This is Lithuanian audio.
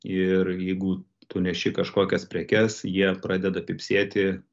ir jeigu tu neši kažkokias prekes jie pradeda pypsėti